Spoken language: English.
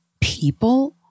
people